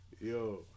Yo